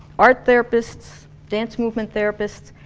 art therapists, dance movement therapists,